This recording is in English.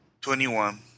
Twenty-one